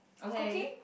okay